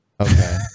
Okay